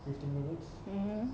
mmhmm